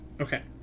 Okay